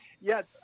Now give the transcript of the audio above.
yes